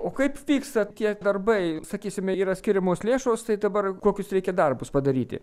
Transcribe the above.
o kaip vyksta tie darbai sakysime yra skiriamos lėšos tai dabar kokius reikia darbus padaryti